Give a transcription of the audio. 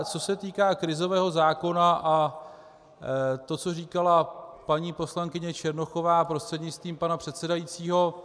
Co se týká krizového zákona a to, co říkala paní poslankyně Černochová, prostřednictvím pana předsedajícího.